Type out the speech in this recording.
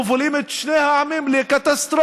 הם מובילים את שני העמים לקטסטרופה